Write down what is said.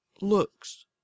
looks